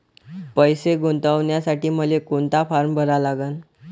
पैसे गुंतवासाठी मले कोंता फारम भरा लागन?